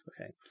okay